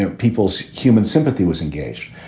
ah people's human sympathy was engaged.